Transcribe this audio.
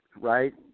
right